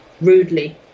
rudely